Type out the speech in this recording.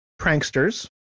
Pranksters